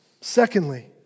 Secondly